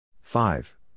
five